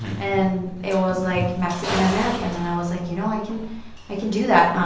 and it was, like, mexican-american, and i was like, you know, i can i can do that.